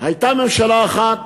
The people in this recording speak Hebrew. הייתה ממשלה אחת